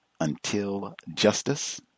untiljustice